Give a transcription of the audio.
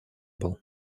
был